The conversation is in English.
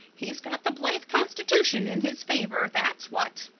he's got the blythe constitution in his favor, that's what.